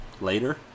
later